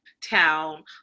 town